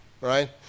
right